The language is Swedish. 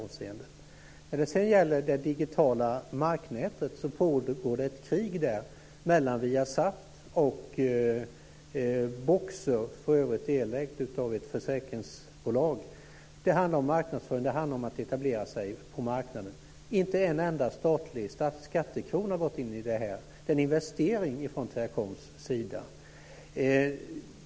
När det sedan gäller det digitala marknätet så pågår det ett krig där mellan Viasat och Boxer, som för övrigt är delägt av ett försäkringsbolag. Det handlar om marknadsföring och om att etablera sig på marknaden. Inte en enda statlig skattekrona har gått in i detta. Det är en investering från Teracoms sida.